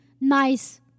nice